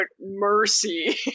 mercy